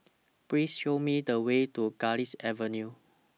Please Show Me The Way to Garlick Avenue